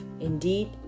Indeed